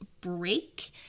break